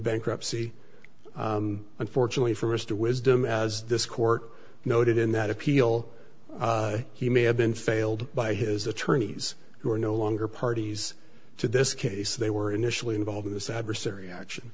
bankruptcy unfortunately for mr wisdom as this court noted in that appeal he may have been failed by his attorneys who are no longer parties to this case they were initially involved in this adversary action